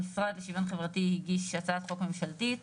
המשרד לשוויון חברתי הגיש הצעת חוק ממשלתית